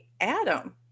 Adam